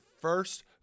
first